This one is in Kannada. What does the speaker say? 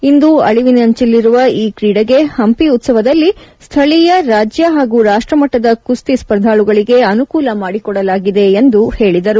ಇಂದು ಅಳಿವಿನಂಚಿನಲ್ಲಿರುವ ಈ ಕ್ರೀಡೆಗೆ ಹಂಪಿ ಉತ್ತವದಲ್ಲಿ ಸ್ಥಳೀಯ ರಾಜ್ಯ ಹಾಗೂ ರಾಷ್ಟಮಟ್ಟದ ಕುಸ್ತಿ ಸ್ಪರ್ಧಾಳುಗಳಿಗೆ ಅನುಕೂಲ ಮಾಡಿಕೊಡಲಾಗಿದೆ ಎಂದರು